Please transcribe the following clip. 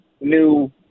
new